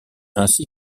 ainsi